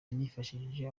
yanifashishije